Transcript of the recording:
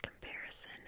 comparison